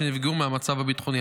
שנפגעו מהמצב הביטחוני.